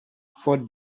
for